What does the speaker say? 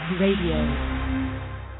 Radio